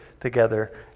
together